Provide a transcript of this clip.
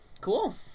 Cool